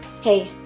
Hey